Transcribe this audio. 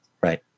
Right